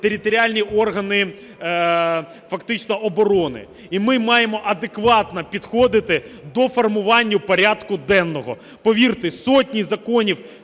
територіальні органи фактично оборони. І ми маємо адекватно підходити до формування порядку денного. Повірте, сотні законів